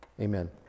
Amen